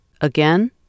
Again